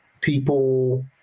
people